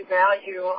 value